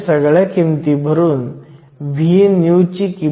I दुसरे काही नसून 6